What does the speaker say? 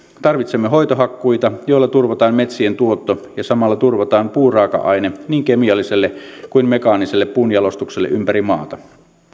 tarvitsemme hoitohakkuita joilla turvataan metsien tuotto ja samalla turvataan puuraaka aine niin kemialliselle kuin mekaaniselle puunjalostukselle ympäri maata